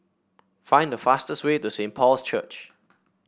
find the fastest way to Saint Paul's Church